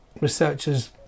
researchers